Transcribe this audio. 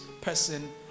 person